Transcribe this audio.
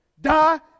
die